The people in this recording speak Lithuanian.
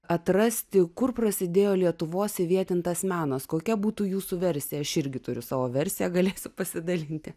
atrasti kur prasidėjo lietuvos įvietintas menas kokia būtų jūsų versija aš irgi turiu savo versiją galėsiu pasidalinti